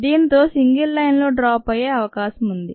దీంతో single line లో drop అయ్యే అవకాశం ఉంది